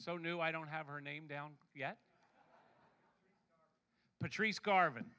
so new i don't have her name down yet patrice garvin